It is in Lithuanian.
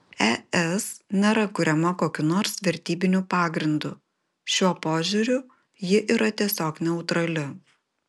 es nėra kuriama kokiu nors vertybiniu pagrindu šiuo požiūriu ji yra tiesiog neutrali